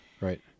Right